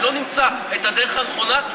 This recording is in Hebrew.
אם לא נמצא את הדרך הנכונה,